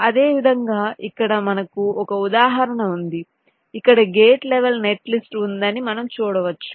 అదేవిధంగా ఇక్కడ మనకు ఒక ఉదాహరణ ఉంది ఇక్కడ గేట్ లెవెల్ నెట్లిస్ట్ ఉందని మనం చూడవచ్చు